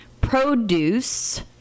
produce